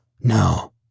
No